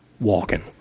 walking